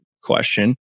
question